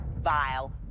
vile